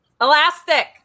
Elastic